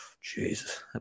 Jesus